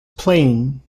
plane